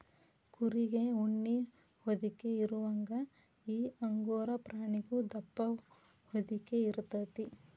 ಕುರಿಗೆ ಉಣ್ಣಿ ಹೊದಿಕೆ ಇರುವಂಗ ಈ ಅಂಗೋರಾ ಪ್ರಾಣಿಗು ದಪ್ಪ ಹೊದಿಕೆ ಇರತತಿ